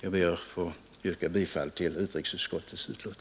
Jag ber att få yrka bifall till utrikesutskottets hemställan.